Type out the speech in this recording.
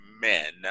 men